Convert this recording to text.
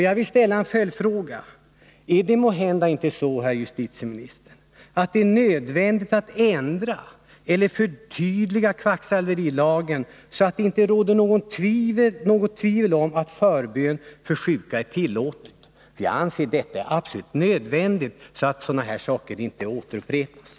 Jag vill ställa en följdfråga: Är det inte, herr justitieminister, nödvändigt att kvacksalverilagen ändras eller förtydligas, så att det inte råder något tvivel om att förbön för sjuka är tillåtet? Jag anser att det är absolut nödvändigt för att sådana här ingripanden inte skall kunna upprepas.